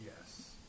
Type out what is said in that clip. Yes